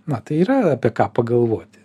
na tai yra apie ką pagalvoti